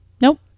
Nope